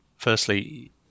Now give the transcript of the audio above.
Firstly